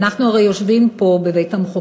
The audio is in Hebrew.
ואנחנו הרי יושבים פה בבית-המחוקקים,